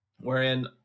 wherein